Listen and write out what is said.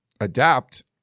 adapt